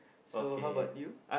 so how about you